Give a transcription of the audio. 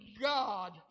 God